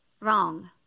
Wrong